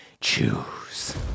choose